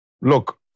Look